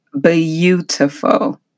beautiful